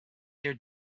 their